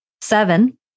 Seven